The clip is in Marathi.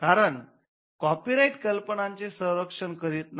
कारण कॉपीराइट कल्पनांचे रक्षण करीत नाही